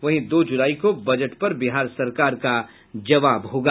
वहीं दो जुलाई को बजट पर बिहार सरकार का जबाव होगा